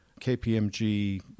KPMG